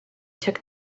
took